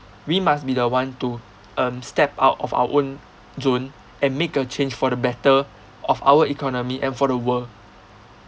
we must be the one to um step out of our own zone and make a change for the better of our economy and for the world